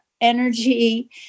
energy